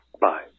bye